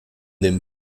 dem